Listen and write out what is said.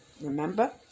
remember